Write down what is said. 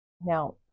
Now